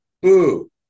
Boo